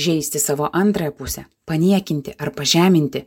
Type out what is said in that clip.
žeisti savo antrąją pusę paniekinti ar pažeminti